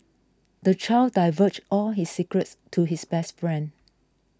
the child divulged all his secrets to his best friend